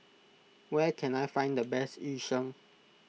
where can I find the best Yu Sheng